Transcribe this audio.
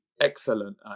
excellent